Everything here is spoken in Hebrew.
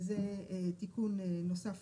זה תיקון נוסף